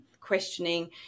questioning